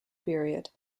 period